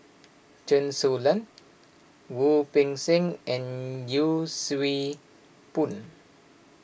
Chen Su Lan Wu Peng Seng and Yee Siew Pun